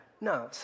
No